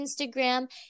Instagram